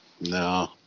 no